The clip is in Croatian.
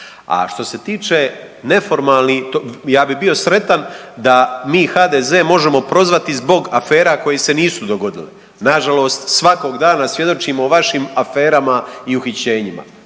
A što se tiče neformalni ja bih bio sretan da mi HDZ-e možemo prozvati zbog afera koje se nisu dogodile. Na žalost svakog dana svjedočimo o vašim aferama i uhićenjima.